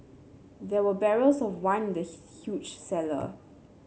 there were barrels of wine in the huge cellar